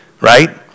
right